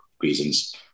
reasons